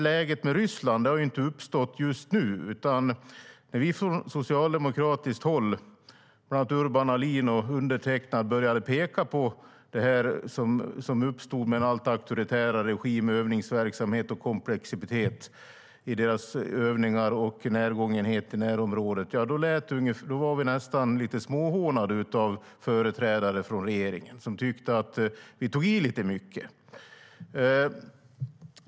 Läget med Ryssland har ju inte uppstått just nu. När vi från socialdemokratiskt håll, bland annat Urban Ahlin och undertecknad, började peka på det som uppstod med alltmer auktoritär regimövningsverksamhet, komplexitet i övningarna och närgångenheten i närområdet blev vi nästan lite småhånade av företrädare för regeringspartierna som tyckte att vi tog i lite för mycket.